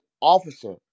officer